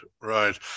right